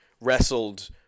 wrestled